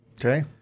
okay